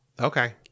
okay